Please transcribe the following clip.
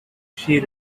she